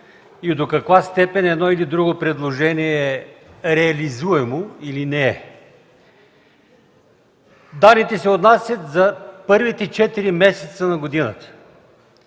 и до каква степен едно или друго предложение е реализируемо, или не е. Данните се отнасят за първите четири месеца на годината.